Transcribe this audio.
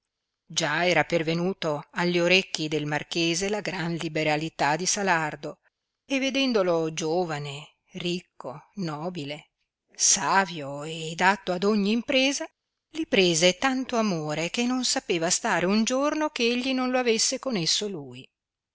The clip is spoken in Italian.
già era pervenuto alli orecchi del marchese la gran liberalità di salardo e vedendolo giovane ricco nobile savio ed atto ad ogni impresa li prese tanto amore che non sapeva stare un giorno che egli non lo avesse con esso lui